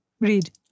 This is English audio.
read